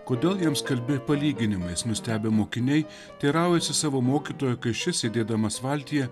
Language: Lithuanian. kodėl jiems kalbi palyginimais nustebę mokiniai teiraujasi savo mokytojo kai šis sėdėdamas valtyje